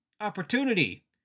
opportunity